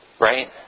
right